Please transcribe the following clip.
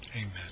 Amen